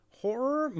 horror